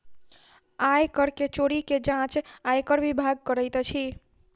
आय कर के चोरी के जांच आयकर विभाग करैत अछि